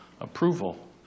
Approval